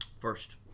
First